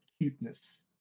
cuteness